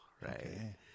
Right